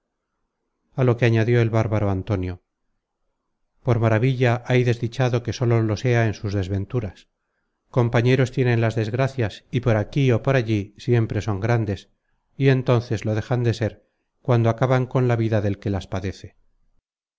a lo que añadió el bárbaro antonio por maravilla hay desdichado que sólo lo sea en sus desventuras compañeros tienen las desgracias y por aquí ó por allí siempre son grandes y entonces lo dejan de ser cuando acaban con la vida del que las padece